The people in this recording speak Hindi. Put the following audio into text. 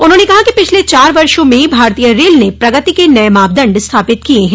उन्होंने कहा कि पिछले चार वर्षो में भारतीय रेल ने प्रगति के नये मापदंड स्थापित किये हैं